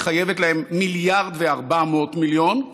היא חייבת להם 1.4 מיליארד שקל,